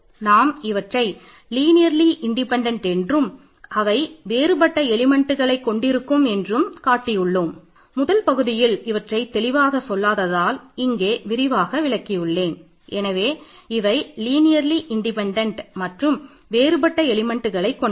நாம் இவற்றை linearly independent கொண்டது